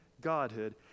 godhood